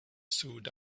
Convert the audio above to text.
sewed